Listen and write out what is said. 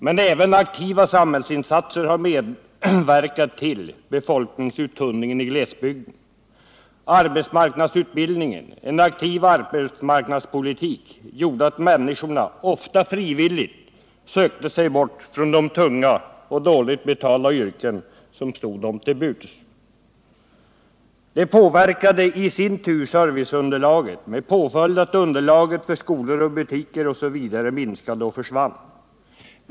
Men även aktiva samhällsinsatser har medverkat till befolkningsuttunningen i glesbygden. Arbetsmarknadsutbildning och en aktiv arbetsmarknadspolitik gjorde att människorna, ofta frivilligt, sökte sig bort från de tunga och dåligt betalda yrken som stod dem till buds. Det påverkade i sin tur serviceunderlaget med påföljd att underlaget för skolor, butiker osv. minskade och försvann.